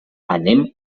anem